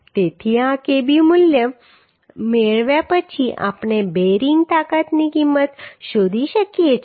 તેથી આ Kb મૂલ્ય મેળવ્યા પછી આપણે બેરિંગ તાકાતની કિંમત શોધી શકીએ છીએ